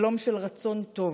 שלום של רצון טוב.